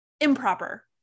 improper